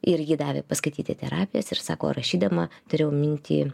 ir ji davė paskaityti terapijas ir sako rašydama turėjau minty